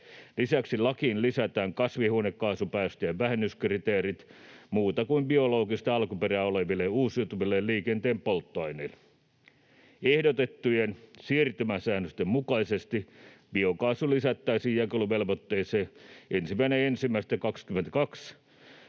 Lisäksi lakiin lisätään kasvihuonekaasupäästöjen vähennyskriteerit muuta kuin biologista alkuperää oleville uusiutuville liikenteen polttoaineille. Ehdotettujen siirtymäsäännösten mukaisesti biokaasu lisättäisiin jakeluvelvoitteeseen 1.1.22